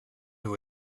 who